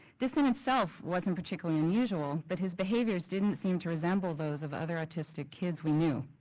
this and itself wasn't particularly and usual but his behaviors didn't seem to resemble those of other autistic kids we knew.